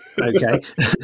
okay